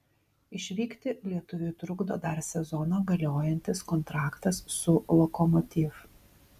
išvykti lietuviui trukdo dar sezoną galiojantis kontraktas su lokomotiv